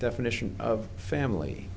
definition of family